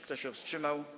Kto się wstrzymał?